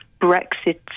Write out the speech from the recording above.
Brexit